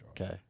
Okay